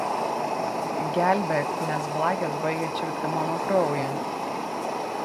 gelbėk nes blakės baigia čiulpti mano kraują